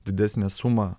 didesnę sumą